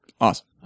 Awesome